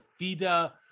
FIDA